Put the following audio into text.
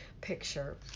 picture